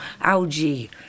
algae